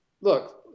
look